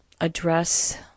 address